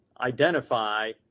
identify